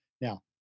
Now